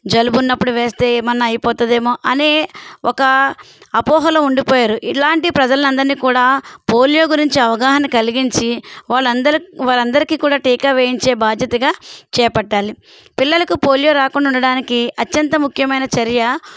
జలుబు ఉన్నప్పుడు వేస్తే ఏమన్నా అయిపోతుందేమో అని ఒక అపోహలో ఉండిపోయారు ఇలాంటి ప్రజలు అందరినీ కూడా పోలియో గురించి అవగాహన కలిగించి వాళ్ళందరూ వాళ్ళందరికీ కూడా టీకా వేయించే బాధ్యతగా చేపట్టాలి పిల్లలకు పోలియో రాకుండా ఉండడానికి అత్యంత ముఖ్యమైన చర్య